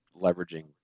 leveraging